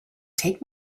take